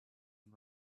and